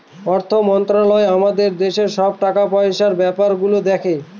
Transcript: অর্থ মন্ত্রালয় আমাদের দেশের সব টাকা পয়সার ব্যাপার গুলো দেখে